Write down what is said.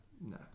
no